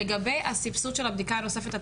לגבי הסבסוד של הבדיקה הנוספת את